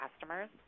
customers